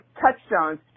touchstones